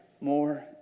more